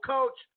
Coach